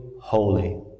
holy